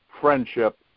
friendship